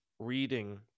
reading